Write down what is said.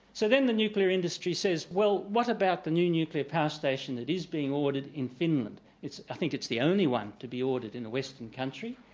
so then the nuclear industry says well what about the new nuclear power station that is being ordered in finland, i think it's the only one to be ordered in a western country.